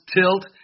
tilt